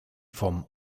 vom